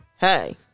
hey